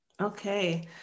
Okay